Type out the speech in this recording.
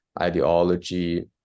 ideology